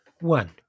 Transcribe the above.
One